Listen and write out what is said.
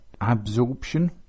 absorption